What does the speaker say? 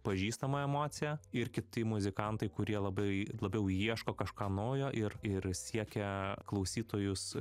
pažįstamą emociją ir kiti muzikantai kurie labai labiau ieško kažką naujo ir ir siekia klausytojus